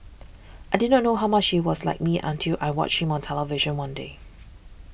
I did not know how much he was like me until I watched him on television one day